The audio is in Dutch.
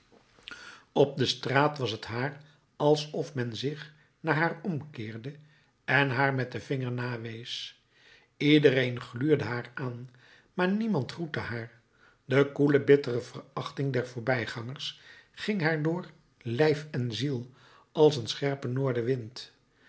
op de straat was t haar alsof men zich naar haar omkeerde en haar met den vinger nawees iedereen gluurde haar aan maar niemand groette haar de koele bittere verachting der voorbijgangers ging haar door lijf en ziel als een scherpe noordenwind